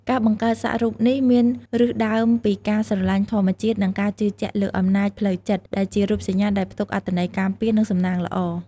ការបង្កើតសាក់រូបនេះមានឫសដើមពីការស្រឡាញ់ធម្មជាតិ និងការជឿជាក់លើអំណាចផ្លូវចិត្ត ដែលជារូបសញ្ញាដែលផ្ទុកអត្ថន័យការពារ និងសំណាងល្អ។